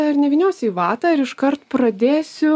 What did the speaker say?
ir nevyniosiu į vatą ir iškart pradėsiu